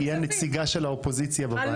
היא הנציגה של האופוזיציה בוועדה.